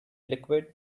liquid